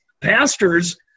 pastors